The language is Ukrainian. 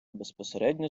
безпосередньо